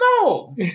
No